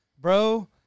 Bro